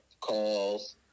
calls